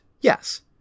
Yes